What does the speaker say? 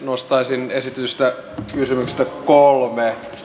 nostaisin esitetyistä kysymyksistä kolme